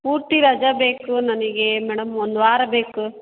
ಪೂರ್ತಿ ರಜೆ ಬೇಕು ನನಗೆ ಮೇಡಮ್ ಒಂದ್ವಾರ ಬೇಕು